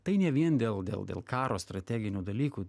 tai ne vien dėl dėl dėl karo strateginių dalykų